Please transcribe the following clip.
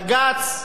בג"ץ,